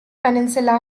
peninsula